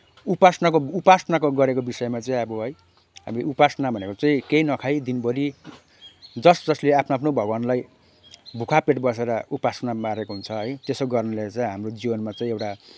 उपासनाको उपासनाको गरेको विषयमा चाहिँ अब है अब उपासना भनेको चाहिँ केही नखाई दिनभरि जस जसले आफ्नो आफ्नो भगवानलाई भोका पेट बसेर उपासनामा रहेको हुन्छ है त्यसो गर्नाले चाहिँ हाम्रो जीवनमा चाहिँ एउटा